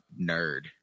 nerd